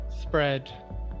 spread